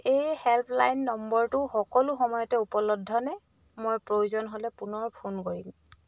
এই হে'ল্পলাইন নম্বৰটো সকলো সময়তে উপলব্ধনে মই প্ৰয়োজন হ'লে পুনৰ ফোন কৰিম